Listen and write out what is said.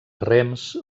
rems